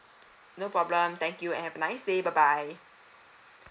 no problem thank you and have a nice day bye bye